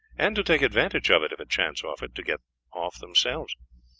and to take advantage of it, if a chance offered, to get off themselves.